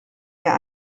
mehr